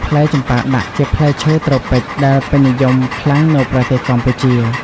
ផ្លែចម្ប៉ាដាក់ជាផ្លែឈើត្រូពិចដែលពេញនិយមខ្លាំងនៅប្រទេសកម្ពុជា។